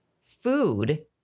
food